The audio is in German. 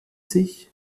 sich